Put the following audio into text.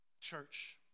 Church